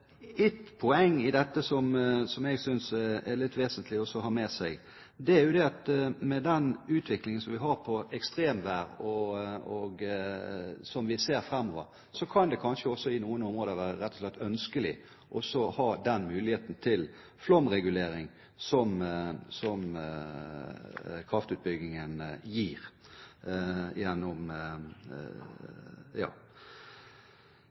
Et poeng i dette, som jeg synes er litt vesentlig å ha med seg, er at med den utviklingen som vi ser framover med ekstremvær, kan det kanskje i noen områder rett og slett være ønskelig å ha den muligheten til flomregulering som kraftutbyggingen gir.